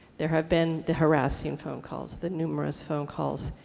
there have been the harassing phone calls, the numerous phone calls,